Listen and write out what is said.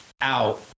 out